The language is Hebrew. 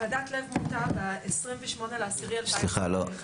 ועדת לב מונתה ב-28 לאוקטובר 2021,